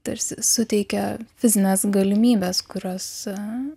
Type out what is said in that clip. tarsi suteikia fizines galimybes kurios